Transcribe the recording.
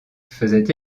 faisait